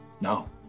No